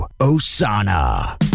Osana